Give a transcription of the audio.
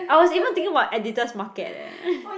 I was even thinking about Editor's Market leh